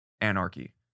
anarchy